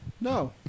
No